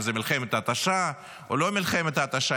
אם זו מלחמת התשה או לא מלחמת התשה,